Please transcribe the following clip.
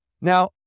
Now